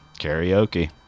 Karaoke